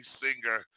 singer